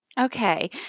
Okay